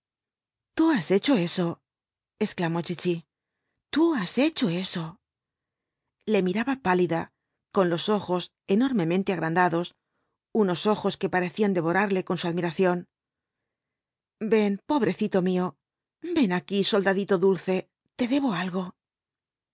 tú has hecho eso exclamó chichi tú has hecho eso le miraba pálida con los ojos enormemente agrandados unos ojos que parecían devorarle con su admiración ven pobrecito mío ven aquí soldadito dulce te debo algo